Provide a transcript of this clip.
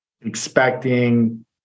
expecting